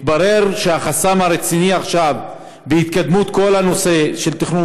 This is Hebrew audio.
התברר שהחסם הרציני עכשיו בהתקדמות בכל הנושא של תכנון